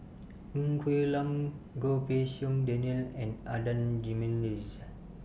Ng Quee Lam Goh Pei Siong Daniel and Adan Jimenez